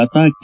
Lata K